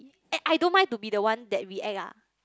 and I don't mind to be the one that react ah